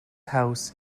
house